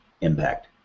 Impact